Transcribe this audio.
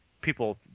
people